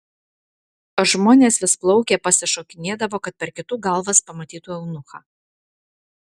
žmonės vis plaukė pasišokėdavo kad per kitų galvas pamatytų eunuchą